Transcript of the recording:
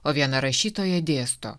o viena rašytoja dėsto